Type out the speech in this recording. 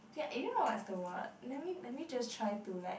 I don't know what is the word let me let me just try to like